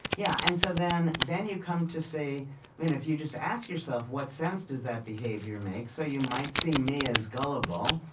yeah, and so then, then you come to see if you just ask yourself, what sense does that behavior make? so you might see me as gullible,